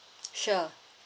sure